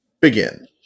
Begin